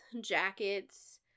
jackets